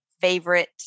favorite